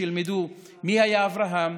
שילמדו מי היה אברהם,